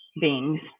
beings